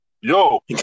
Yo